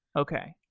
okay,